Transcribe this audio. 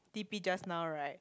T_P just now right